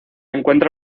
encuentra